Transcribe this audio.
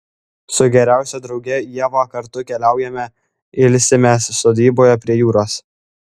su geriausia drauge ieva kartu keliaujame ilsimės sodyboje prie jūros